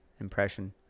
impression